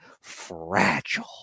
fragile